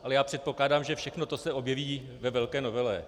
Ale já předpokládám, že všechno to se objeví ve velké novele.